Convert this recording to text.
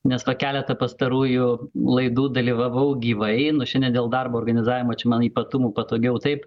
nes tą keletą pastarųjų laidų dalyvavau gyvai nu šiandien dėl darbo organizavimo čia man ypatumų patogiau taip